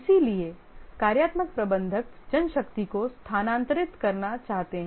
इसलिए कार्यात्मक प्रबंधक जनशक्ति को स्थानांतरित करना चाहते हैं